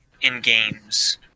in-games